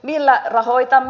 millä rahoitamme